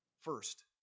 First